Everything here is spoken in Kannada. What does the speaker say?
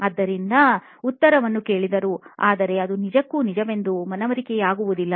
ಆದ್ದರಿಂದ ಉತ್ತರವನ್ನು ಕೇಳಿದೆವು ಆದರೆ ಅದು ನಿಜಕ್ಕೂ ನಿಜವೆಂದು ಮನವರಿಕೆಯಾಗುವುದಿಲ್ಲ